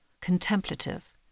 contemplative